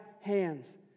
hands